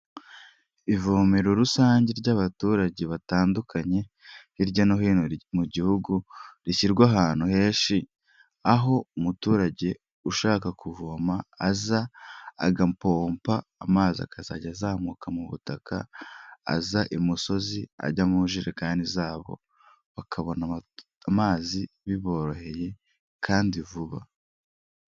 Ivomero rusange ry'abaturage batandukanye hirya no hino mu gihugu rishyirwa ahantu henshi aho umuturage ushaka kuvoma aza agapompa amazi akazajya azamuka mu butaka aza i musozi ajya mu jerekani zabo bakabona amazi biboroheye kandi vuba.